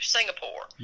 Singapore